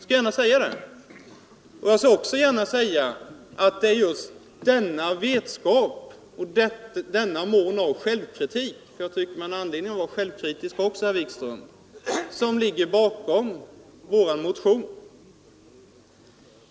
Och jag skall också gärna säga att det är just denna vetskap och denna självkritik — jag tycker man har anledning att också vara självkritisk, herr Wikström — som ligger bakom vår motion.